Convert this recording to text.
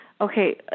Okay